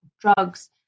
drugs